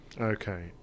Okay